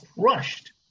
crushed